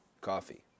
coffee